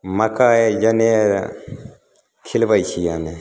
मकै जनेर खिलबैत छियै हमे